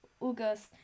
August